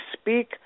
speak